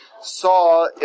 saw